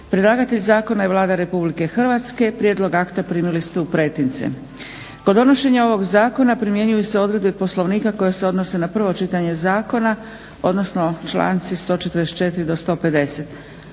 Predlagatelj zakona je Vlada Republike Hrvatske. Prijedlog akta primili ste u pretince. Kod donošenja ovog zakona primjenjuju se odredbe Poslovnika koje se odnose na prvo čitanje zakona, odnosno članci 144. do 150.